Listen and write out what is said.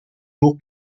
jours